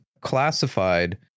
classified